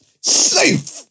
safe